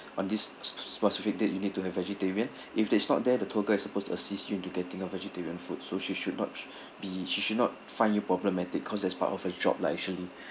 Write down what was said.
on this sp~ specific date you need to have vegetarian if it's not there the tour guide is supposed to assist you into getting a vegetarian food so she should not s~ be she should not find you problematic cause that's part of her job lah actually